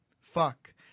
Fuck